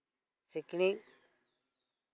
ᱥᱤᱠᱲᱤᱡ